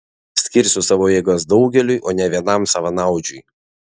skirsiu savo jėgas daugeliui o ne vienam savanaudžiui